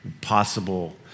possible